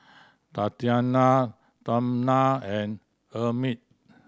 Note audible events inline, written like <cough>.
Tatianna <unintelligible> and Emmitt